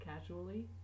casually